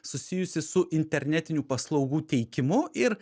susijusi su internetinių paslaugų teikimu ir